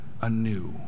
anew